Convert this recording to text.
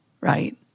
right